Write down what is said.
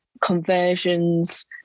conversions